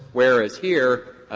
where, as here,